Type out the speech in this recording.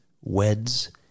weds